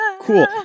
Cool